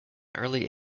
early